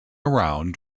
around